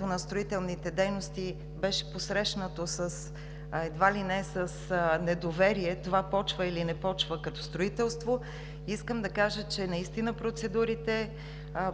на строителните дейности беше посрещнато едва ли не с недоверие – това започва или не започва като строителство, процедурите